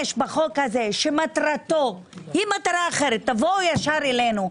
בחוק הזה שמטרתו אחרת תבואו ישר אלינו,